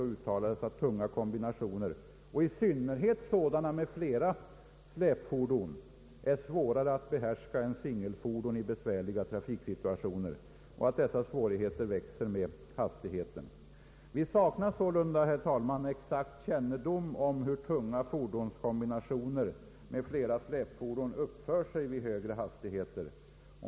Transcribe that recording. Det uttalas att tunga fordonskombinationer och i synnerhet sådana med flera släpfordon är svårare att behärska än singelfordon i besvärliga trafiksituationer och att dessa svårigheter växer med hastigheten. Vi saknar sålunda, herr talman, exakt kännedom om hur tunga fordonskombinationer med flera släpfordon uppför sig vid högre hastigheter.